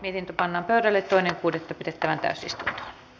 mihin panna päälle toinen kuudetta pidettävä käsistä